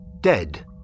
dead